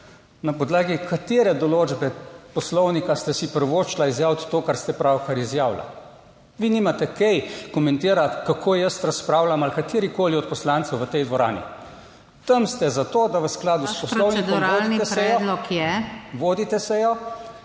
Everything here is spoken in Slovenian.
na podlagi katere določbe Poslovnika ste si privoščila izjaviti to, kar ste pravkar izjavila? Vi nimate kaj komentirati, kako jaz razpravljam ali katerikoli od poslancev v tej dvorani. Tam ste za to, da v skladu s Poslovnikom vodite sejo,